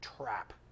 trap